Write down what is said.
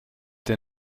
der